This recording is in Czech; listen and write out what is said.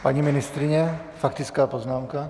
Paní ministryně, faktická poznámka.